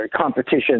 competition